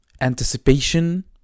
anticipation